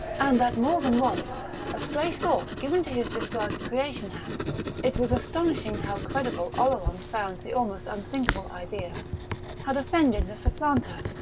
and that more than once a stray thought given to his discarded creation had it was astonishing how credible oleron found the almost unthinkable idea had offended the supplanter.